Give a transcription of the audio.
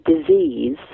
disease